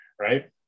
right